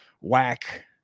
whack